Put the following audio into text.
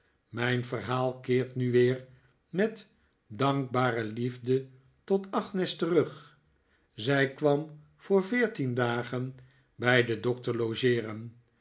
mijn verhaal keert nu weer met dankbare liefde tot agnes terug zij kwam voor veertien dagen bij den doctor logeeren